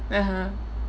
(uh huh)